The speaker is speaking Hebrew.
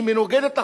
היא מנוגדת לחוק.